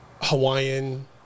Hawaiian